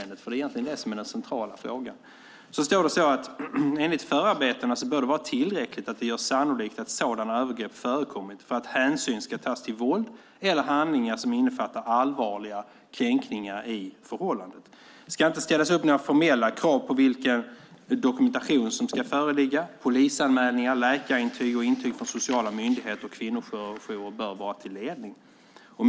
Det står att enligt förarbetena bör det vara tillräckligt att det görs sannolikt att sådana övergrepp förekommit för att hänsyn ska tas till våld eller handlingar som innefattar allvarliga kränkningar i förhållandet. Det ska inte ställas upp några formella krav på vilken dokumentation som ska föreligga. Polisanmälningar, läkarintyg och intyg från sociala myndigheter och kvinnojourer bör vara till ledning.